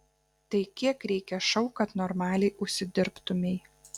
tai kiek reikia šou kad normaliai užsidirbtumei